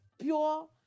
pure